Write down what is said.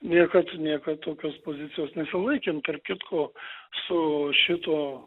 niekad niekad tokios pozicijos nesilaikėm tarp kitko su šituo